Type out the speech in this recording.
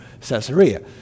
Caesarea